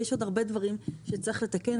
יש עוד הרבה דברים שצריך לתקן,